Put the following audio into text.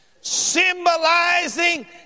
symbolizing